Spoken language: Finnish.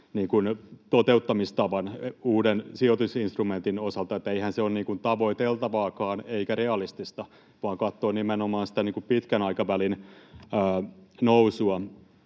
toteuttamistavan uuden sijoitusinstrumentin osalta. Eihän se ole tavoiteltavaakaan eikä realistista, vaan pitää katsoa nimenomaan sitä pitkän aikavälin nousua.